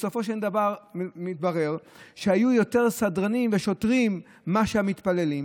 בסופו של דבר מתברר שהיו יותר סדרנים ושוטרים מאשר המתפללים.